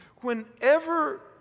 Whenever